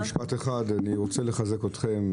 אני רוצה לחזק אתכם,